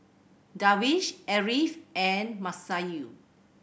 Darwish Ariff and Masayu